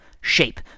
shape